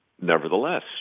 Nevertheless